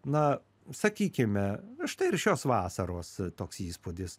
na sakykime štai ir šios vasaros toks įspūdis